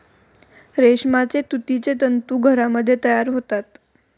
रेशमाचे तुतीचे तंतू घरामध्ये तयार होतात